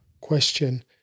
question